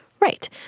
Right